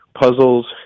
puzzles